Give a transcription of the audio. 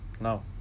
no